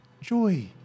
joy